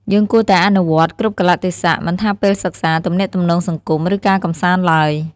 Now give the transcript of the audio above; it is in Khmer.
យើងគួរតែអនុវត្ត គ្រប់កាលៈទេសៈ មិនថាពេលសិក្សា ទំនាក់ទំនងសង្គម ឬការកម្សាន្តឡើយ។